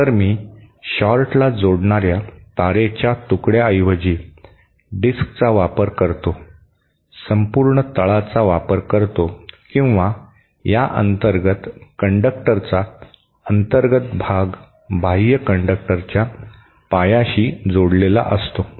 तर मी शॉर्टला जोडणाऱ्या तारेच्या तुकड्याऐवजी डिस्कचा वापर करतो संपूर्ण तळाचा वापर करतो किंवा या अंतर्गत कंडक्टरचा अंतर्गत भाग बाह्य कंडक्टरच्या पायाशी जोडलेला असतो